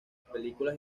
películas